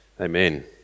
Amen